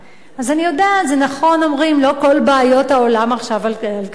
אז אני יודעת: זה נכון שאומרים שלא כל בעיות העולם עכשיו על כתפינו.